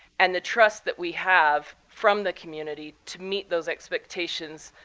and the trust that we have from the community to meet those expectations,